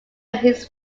his